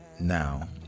now